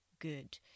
good